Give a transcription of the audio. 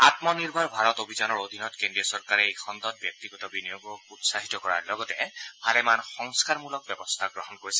আমনিৰ্ভৰ ভাৰত অভিযানৰ অধীনত কেন্দ্ৰীয় চৰকাৰে এই খণ্ডত ব্যক্তিগত বিনিয়োগক উৎসাহিত কৰাৰ লগতে ভালেমান সংস্থাৰমূলক ব্যৱস্থা গ্ৰহণ কৰিছে